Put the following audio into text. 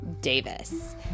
Davis